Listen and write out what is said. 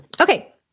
Okay